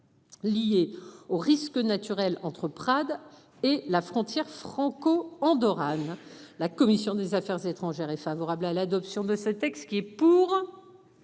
Liés aux risques naturels entre Prades et la frontière franco-andorrane. La commission des Affaires étrangères est favorable à l'adoption de ce texte. Qui est pour.